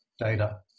data